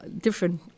different